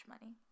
money